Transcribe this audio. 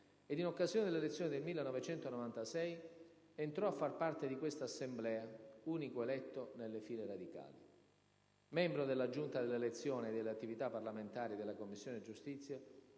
ed in occasione delle elezioni del 1996 entrò a far parte di questa Assemblea, unico eletto nelle file radicali. Membro della Giunta delle elezioni e delle immunità parlamentari e della Commissione giustizia,